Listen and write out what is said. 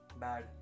bad